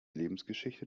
lebensgeschichte